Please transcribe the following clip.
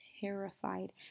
terrified